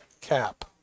cap